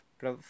para